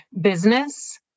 business